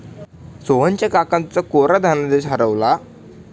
सोहनच्या काकांचा कोरा धनादेश हरवला